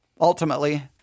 ultimately